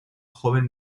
joven